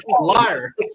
Liar